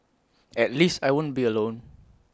at least I won't be alone